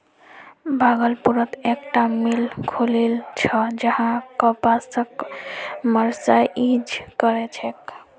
भागलपुरत एकता मिल खुलील छ जहां कपासक मर्सराइज कर छेक